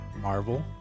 Marvel